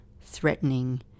threatening